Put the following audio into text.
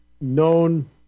known